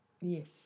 Yes